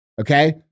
okay